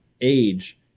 age